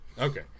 Okay